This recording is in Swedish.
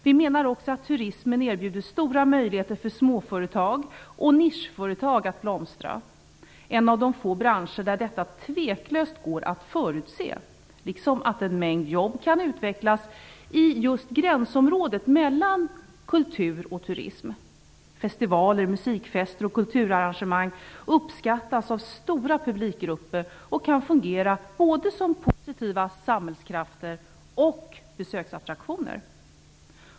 Vi menar också att turismen erbjuder stora möjligheter för småföretag och nischföretag att blomstra, en av de få branscher där detta tveklöst går att förutse, liksom att en mängd jobb kan utvecklas i just gränsområdet mellan kultur och turism. Festivaler, musikfester och kulturarrangemang uppskattas av stora publikgrupper och kan fungera som både positiva samhällskrafter och besöksattraktioner.